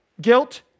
guilt